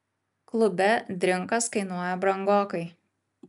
klube drinkas kainuoja brangokai